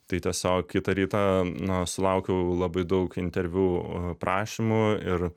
tai tiesiog kitą rytą na sulaukiau labai daug interviu prašymų ir